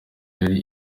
yari